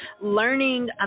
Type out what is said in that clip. learning